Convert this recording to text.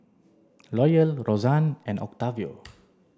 Loyal Rozanne and Octavio